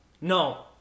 No